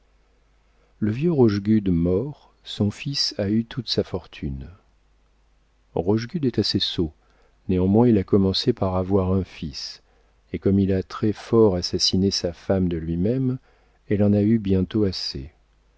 le vieux rochegude mort son fils a eu toute sa fortune rochegude est assez sot néanmoins il a commencé par avoir un fils et comme il a très fort assassiné sa femme de lui-même elle en a eu bientôt assez